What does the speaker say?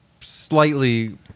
slightly